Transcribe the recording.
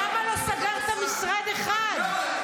למה לא סגרתם משרד אחד?